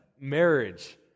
Marriage